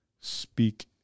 speak